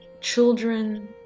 children